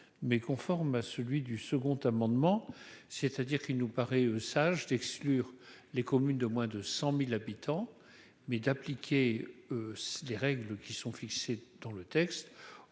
mais conforme à celui du second amendement, c'est-à-dire qu'il nous paraît sage d'exclure les communes de moins de 100000 habitants mais d'appliquer les règles qui sont fixées dans le texte